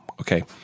Okay